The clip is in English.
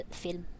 film